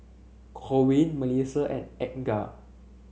Corwin MelissiA and Edgar